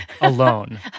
Alone